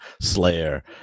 slayer